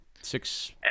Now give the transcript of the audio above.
six